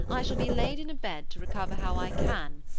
i shall be laid in a bed to recover how i can,